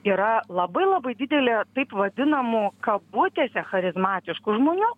yra labai labai didelė taip vadinamų kabutėse charizmatiškų žmonių